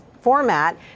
format